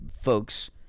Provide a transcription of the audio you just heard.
folks